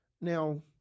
Now